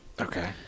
Okay